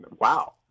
Wow